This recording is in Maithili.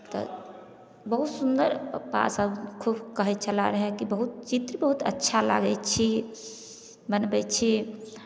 तऽ बहुत सुन्दर पप्पासभ खूब कहैत छला रहय कि बहुत चित्र बहुत अच्छा लागै छी बनबै छी